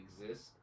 exist